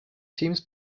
teams